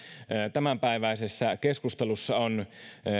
tämänpäiväisessä keskustelussa on